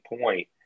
point